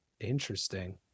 Interesting